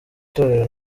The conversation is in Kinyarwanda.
torero